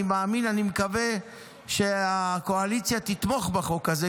אני מקווה שהקואליציה תתמוך בהצעת החוק הזו,